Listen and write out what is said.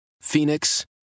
Phoenix